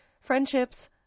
friendships